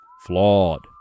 Flawed